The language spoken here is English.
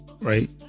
right